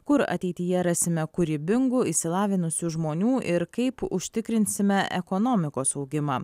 kur ateityje rasime kūrybingų išsilavinusių žmonių ir kaip užtikrinsime ekonomikos augimą